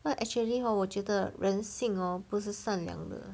他 actually hor 我觉得人性 hor 不是善良的